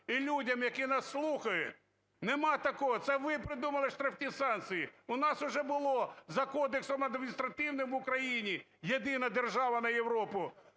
і людям, які нас слухають. Нема такого, це ви придумали штрафні санкції. У нас уже було за Кодексом адміністративним в Україні, єдина держава на Європу